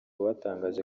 batangaje